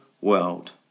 world